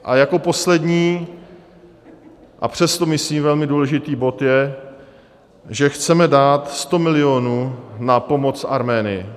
A jako poslední, a přesto myslím velmi důležitý bod je, že chceme dát 100 milionů na pomoc Arménii.